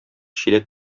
чиләк